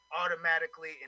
automatically